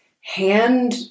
hand